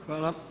Hvala.